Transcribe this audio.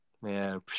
man